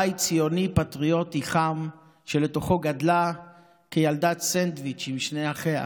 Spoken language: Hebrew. בית ציוני פטריוטי חם שלתוכו גדלה כילדת סנדוויץ' עם שני אחיה.